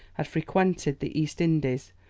had frequented the east indies,